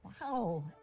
Wow